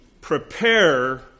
prepare